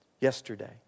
yesterday